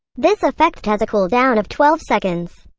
this effect has a cool down of twelve seconds.